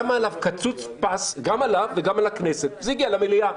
שמה עליו קצוץ פס גם עליו וגם על הכנסת וזה הגיע למליאה.